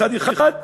מצד אחד,